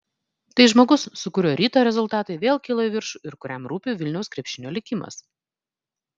tai žmogus su kuriuo ryto rezultatai vėl kilo į viršų ir kuriam rūpi vilniaus krepšinio likimas